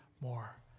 more